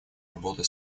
работы